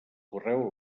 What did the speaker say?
correu